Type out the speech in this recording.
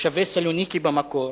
תושבי סלוניקי במקור.